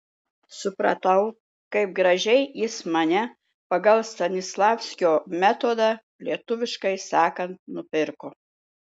supratau kaip gražiai jis mane pagal stanislavskio metodą lietuviškai sakant nupirko